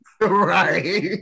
Right